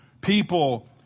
people